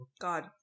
God